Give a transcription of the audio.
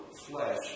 flesh